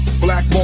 Black